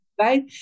Right